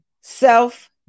self